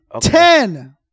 Ten